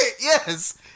Yes